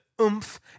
oomph